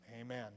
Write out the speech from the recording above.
amen